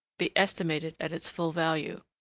be estimated at its full value.